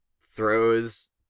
throws